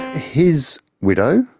his widow,